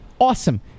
Awesome